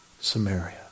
Samaria